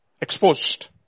exposed